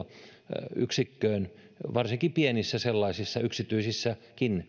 hoitoyksikköön varsinkin pienissä yksityisissä